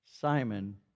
Simon